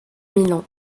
milan